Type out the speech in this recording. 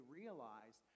realize